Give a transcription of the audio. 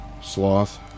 Sloth